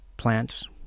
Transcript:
plants